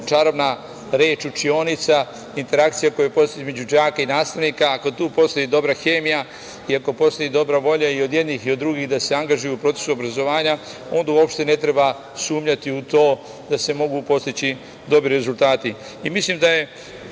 čarobna reč - učionica, interakcija koja postoji između đaka i nastavnika. Ako tu postoji dobra hemija i ako postoji dobra volja i od jednih i od drugih da se angažuju u procesu obrazovanja, onda uopšte ne treba sumnjati u to da se mogu postići dobri rezultati. Mislim da je